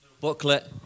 booklet